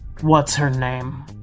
What's-Her-Name